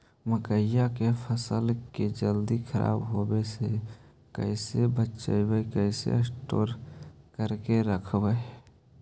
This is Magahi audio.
मकइ के फ़सल के जल्दी खराब होबे से कैसे बचइबै कैसे स्टोर करके रखबै?